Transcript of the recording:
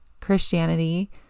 Christianity